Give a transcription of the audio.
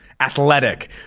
athletic